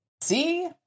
see